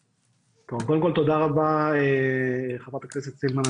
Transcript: קודם כל תודה רבה חברת הכנסת סילמן,